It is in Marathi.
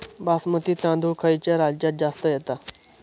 बासमती तांदूळ खयच्या राज्यात जास्त येता?